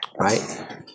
right